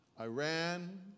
Iran